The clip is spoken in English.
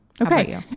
Okay